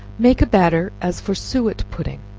make a batter as for suet pudding.